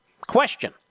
Question